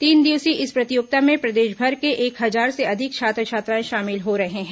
तीन दिवसीय इस प्रतियोगिता में प्रदेशभर के एक हजार से अधिक छात्र छात्राएं शामिल हो रहे हैं